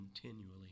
continually